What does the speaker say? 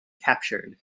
captured